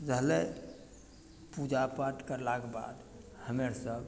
रहलय पूजापाठ करलाके बाद हमे अर सब